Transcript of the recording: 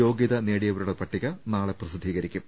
യോഗ്യത നേടിയവരുടെ പട്ടിക നാളെ പ്രസിദ്ധീകരിക്കും